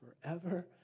forever